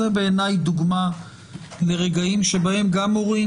זה בעיני דוגמה לרגעים שבהם גם הורים,